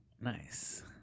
Nice